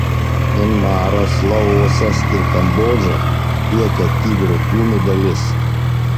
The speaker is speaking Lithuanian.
mianmaras laosas ir kambodža tiekia tigrų kūno dalis